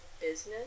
business